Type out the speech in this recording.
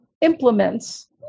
implements